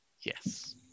Yes